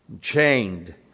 chained